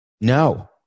No